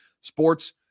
Sports